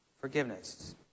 forgiveness